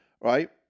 right